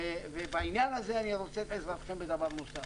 ובעניין הזה אני רוצה את עזרתכם בדבר נוסף.